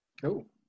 Cool